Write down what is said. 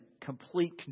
complete